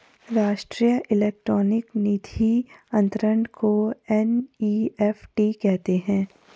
राष्ट्रीय इलेक्ट्रॉनिक निधि अनंतरण को एन.ई.एफ.टी कहते हैं